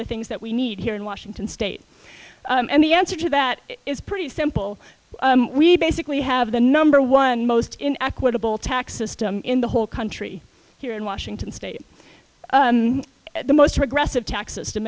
the things that we need here in washington state and the answer to that is pretty simple we basically have the number one most equitable tax system in the whole country here in washington state the most regressive tax system